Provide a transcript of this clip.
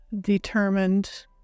determined